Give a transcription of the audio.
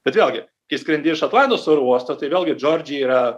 bet vėlgi kai skrendi iš atlantos oro uosto tai vėlgi džordžija yra